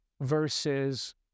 versus